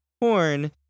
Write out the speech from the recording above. porn